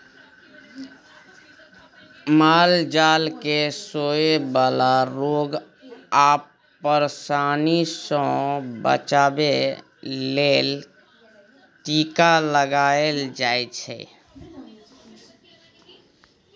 माल जाल केँ होए बला रोग आ परशानी सँ बचाबे लेल टीका लगाएल जाइ छै